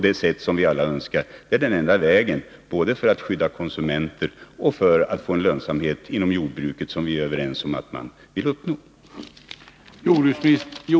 Det är vad vi alla önskar. Det är den enda vägen, både för att skydda konsumenter och för att få den lönsamhet inom jordbruket, som vi är överens om att vi vill uppnå.